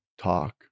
talk